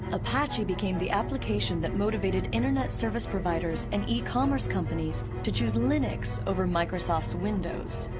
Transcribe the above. apache became the application that motivated internet service providers and e-commerce companies to choose linux over microsoft's windows.